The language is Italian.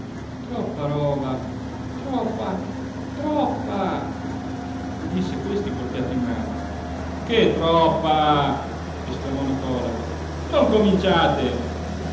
troppa roba troppa troppa disse questi col piatto in mano che troppa esclamò nicola non cominciate